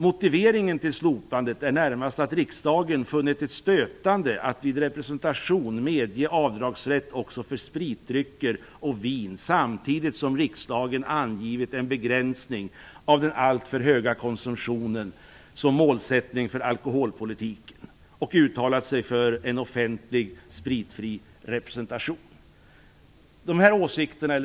Motiveringen till slopandet är närmast att riksdagen funnit det stötande att vid representation medge avdragsrätt också för spritdrycker och vin samtidigt som riksdagen angivit en begränsning av den alltför höga konsumtionen som målsättning för alkoholpolitiken och uttalat sig för en offentlig spritfri rerpresentation.